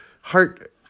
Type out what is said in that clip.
heart-